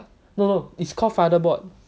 no no it's called father board